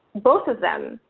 both of them,